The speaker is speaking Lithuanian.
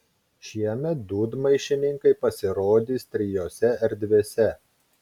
šiemet dūdmaišininkai pasirodys trijose erdvėse